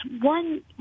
one